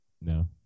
No